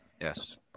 Yes